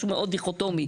זה משהו מאוד דיכוטומי.